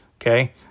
Okay